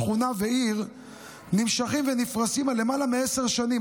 שכונה ועיר נמשכים ונפרסים למעלה מעשר שנים,